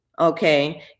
okay